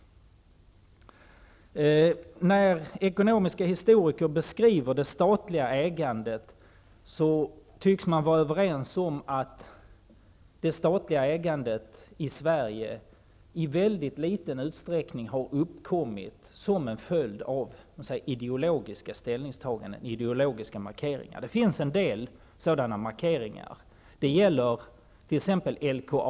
När ekonomiska historiker beskriver det statliga ägandet tycks de vara överens om att det statliga ägandet i Sverige i mycket liten utsträckning har uppkommit som en följd av ideologiska ställningstaganden och ideologiska markeringar. Det finns en del sådana markeringar. Det gäller t.ex. LKAB.